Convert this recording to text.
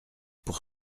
pour